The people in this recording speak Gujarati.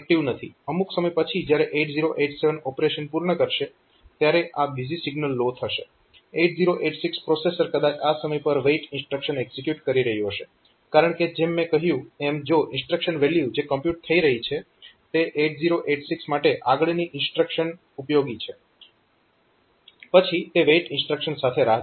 અમુક સમય પછી જ્યારે 8087 ઓપરેશન પૂર્ણ કરશે ત્યારે આ બીઝી સિગ્નલ લો થશે 8086 પ્રોસેસર કદાચ આ સમય પર WAIT ઇન્સ્ટ્રક્શન એક્ઝીક્યુટ કરી રહ્યું હશે કારણકે જેમ મેં કહ્યું એમ જો ઇન્સ્ટ્રક્શન વેલ્યુ જે કમ્પ્યુટ થઇ રહી છે તે 8086 માટે આગળની ઇન્સ્ટ્રક્શન ઉપયોગી છે પછી તે WAIT ઇન્સ્ટ્રક્શન સાથે રાહ જોશે